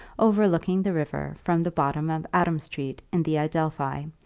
overlooking the river from the bottom of adam street in the adelphi,